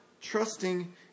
trusting